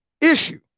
issue